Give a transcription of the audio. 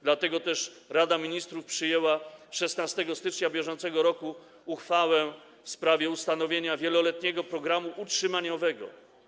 Dlatego też Rada Ministrów przyjęła 16 stycznia br. uchwałę w sprawie ustanowienia wieloletniego programu utrzymaniowego.